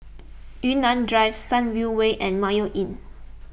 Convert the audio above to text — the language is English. Yunnan Drive Sunview Way and Mayo Inn